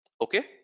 okay